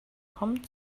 kommen